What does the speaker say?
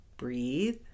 Breathe